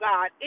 God